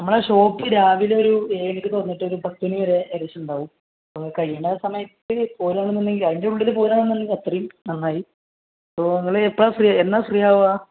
നമ്മളുടെ ഷോപ്പ് രാവിലെ ഒരു ഏഴിന് തുറന്നിട്ട് ഒരു പത്തിന് വരെ ഏകദേശം ഉണ്ടാകും അപ്പം അത് കഴിയുന്ന സമയത്ത് പോരുകയാണെന്ന് ഉണ്ടെങ്കിൽ അതിൻ്റെ ഉള്ളിൽ പോരുകയാണെന്ന് ഉണ്ടെങ്കിൽ അത്രയും നന്നായി അപ്പോൾ നിങ്ങൾ എപ്പോഴാണ് ഫ്രീ എന്നാണ് ഫ്രീ ആകുക